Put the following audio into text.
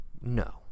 no